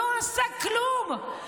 לא עשה כלום,